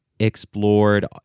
Explored